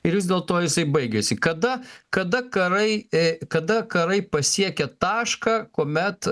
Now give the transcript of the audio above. ir vis dėl to jisai baigėsi kada kada karai kada karai pasiekia tašką kuomet